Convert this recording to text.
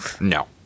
no